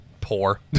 Poor